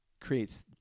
creates